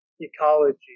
ecology